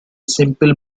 simple